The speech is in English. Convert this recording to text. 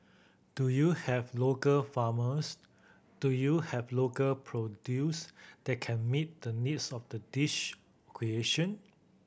do you have local farmers do you have local produce that can meet the needs of the dish creation